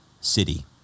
city